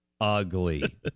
ugly